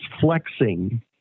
flexing